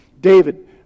David